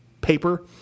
paper